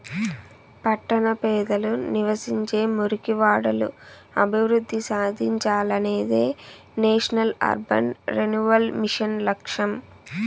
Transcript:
పట్టణ పేదలు నివసించే మురికివాడలు అభివృద్ధి సాధించాలనేదే నేషనల్ అర్బన్ రెన్యువల్ మిషన్ లక్ష్యం